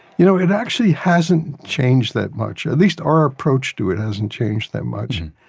you know it actually hasn't changed that much. at least our approach to it hasn't changed that much,